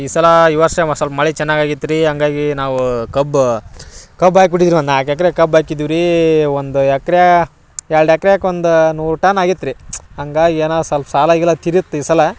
ಈ ಸಲ ಈ ವರ್ಷ ಸ್ವಲ್ಪ ಮಳೆ ಚೆನ್ನಾಗಿ ಆಗಿತ್ತು ರೀ ಹಂಗಾಗಿ ನಾವೂ ಕಬ್ಬು ಕಬ್ಬು ಹಾಕ್ಬಿಟ್ಟಿದ್ದರು ಒಂದು ನಾಲ್ಕು ಎಕರೆ ಕಬ್ಬು ಹಾಕಿದ್ದೆವು ರೀ ಒಂದು ಎಕರೆ ಎರಡು ಎಕ್ರೆಗೆ ಒಂದು ನೂರು ಟನ್ ಆಗಿತ್ತು ರೀ ಹಂಗಾಗಿ ಏನೋ ಸ್ವಲ್ಪ ಸಾಲ ಗೀಲ ತೀರಿತ್ತು ಈ ಸಲ